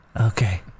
Okay